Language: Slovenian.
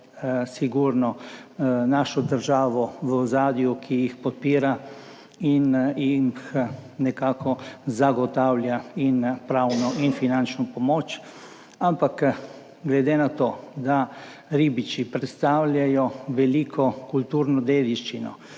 zagotovo našo državo v ozadju, ki jih podpira in jim nekako zagotavlja pravno in finančno pomoč. Ampak glede na to, da ribiči predstavljajo veliko kulturno dediščino,